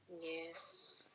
Yes